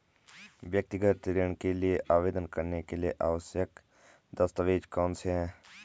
व्यक्तिगत ऋण के लिए आवेदन करने के लिए आवश्यक दस्तावेज़ कौनसे हैं?